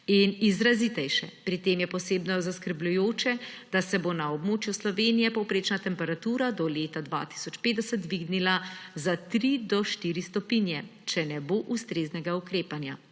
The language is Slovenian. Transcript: in izrazitejše. Pri tem je posebno zaskrbljujoče, da se bo na območju Slovenije povprečna temperatura do leta 2050 dvignila za 3 do 4 stopinje, če ne bo ustreznega ukrepanja.